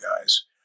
guys